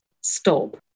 stop